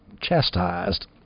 chastised